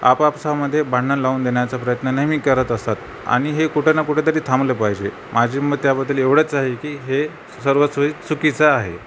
आपापसामध्ये भांडण लावून देण्याचा प्रयत्न नेहमी करत असतात आणि हे कुठे ना कुठेतरी थांबलं पाहिजे माझी मग त्याबद्दल एवढंच आहे की हे सर्व सोय चुकीचं आहे